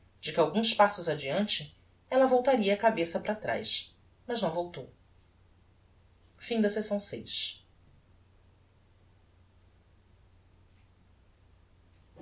de que alguns passos adeante ella voltaria a cabeça para traz mas não voltou capitulo